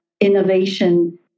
innovation